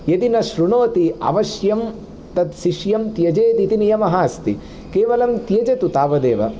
यदि न श्रुणोति अवश्यं तद् शिष्यं त्यजेत् इति नियमः अस्ति केवलं त्यजेतु तावदेव